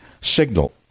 signal